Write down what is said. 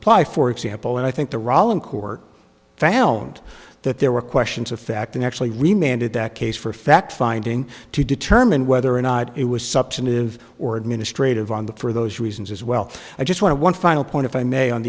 apply for example and i think the rollin court found that there were questions of fact and actually remained in that case for fact finding to determine whether or not it was substantive or administrative on the for those reasons as well i just want to one final point if i may on